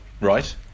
Right